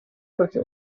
perché